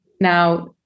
Now